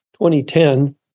2010